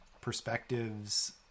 perspectives